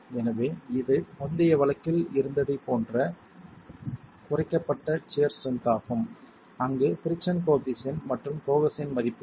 எனவே இது முந்தைய வழக்கில் இருந்ததைப் போன்ற குறைக்கப்பட்ட சியர் ஸ்ட்ரென்த் ஆகும் அங்கு பிரிக்ஸன் கோயெபிசியன்ட் மற்றும் கோஹெஸின் மதிப்பீடு